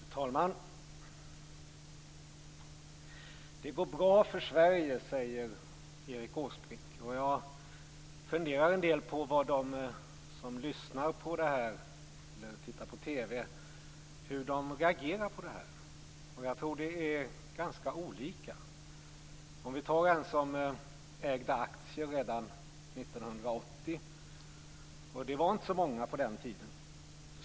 Fru talman! Det går bra för Sverige, säger Erik Åsbrink. Jag funderar en del på vad de som lyssnar på denna debatt eller tittar på TV tycker. Det är ganska olika. Låt oss se på en person som ägde aktier 1980. Det var inte så många på den tiden.